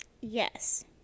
Yes